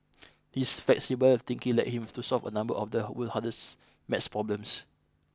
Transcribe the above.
his flexible thinking led him to solve a number of the world's hardest math problems